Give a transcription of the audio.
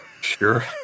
Sure